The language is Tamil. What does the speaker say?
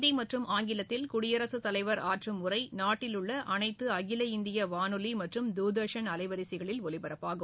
இந்தி மற்றும் ஆங்கிலத்தில் குடியரசுத் தலைவர் ஆற்றும் உரை நாட்டில் உள்ள அனைத்து அகில இந்திய வானொலி மற்றும் தூர்தர்ஷன் அலைவரிசைகளில் ஒலிபரப்பாகும்